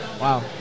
Wow